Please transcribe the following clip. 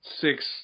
six